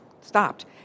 stopped